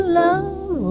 love